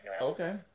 Okay